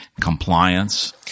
compliance